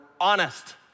honest